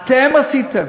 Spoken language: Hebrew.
אתם עשיתם.